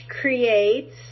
creates